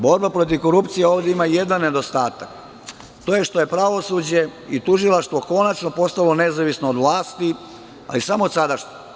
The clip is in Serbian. Borba protiv korupcije ovde ima jedan nedostatak, to je što je pravosuđe i tužilaštvo konačno postalo nezavisno od vlasti ali samo od sadašnje.